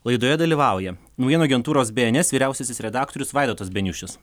laidoje dalyvauja naujienų agentūros bėenes vyriausiasis redaktorius vaidotas beniušis